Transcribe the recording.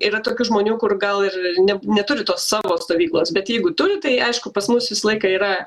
yra tokių žmonių kur gal ir ne neturi tos savo stovyklos bet jeigu turi tai aišku pas mus visą laiką yra